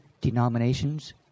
denominations